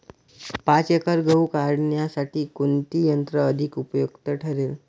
पाच एकर गहू काढणीसाठी कोणते यंत्र अधिक उपयुक्त ठरेल?